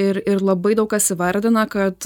ir ir labai daug kas įvardina kad